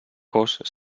cos